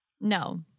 No